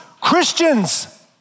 Christians